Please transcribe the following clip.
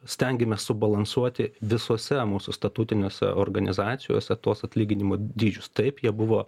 stengiamės subalansuoti visose mūsų statutinėse organizacijose tuos atlyginimų dydžius taip jie buvo